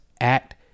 Act